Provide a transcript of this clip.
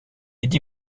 eddy